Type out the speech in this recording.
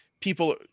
people